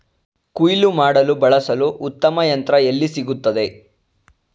ಕುಯ್ಲು ಮಾಡಲು ಬಳಸಲು ಉತ್ತಮ ಯಂತ್ರ ಎಲ್ಲಿ ಸಿಗುತ್ತದೆ?